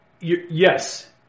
yes